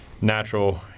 natural